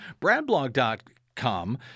Bradblog.com